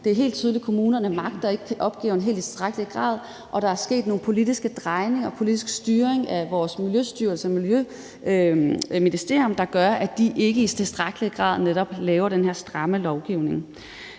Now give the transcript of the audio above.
Det er helt tydeligt, at kommunerne ikke magter opgaven helt i tilstrækkelig grad, og at der er sket nogle politiske drejninger og en politisk styring af vores Miljøstyrelse og Miljøministeriet, der gør, at de ikke i tilstrækkelig grad laver netop den her stramme lovgivning.